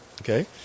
Okay